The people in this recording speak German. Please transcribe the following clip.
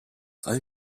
all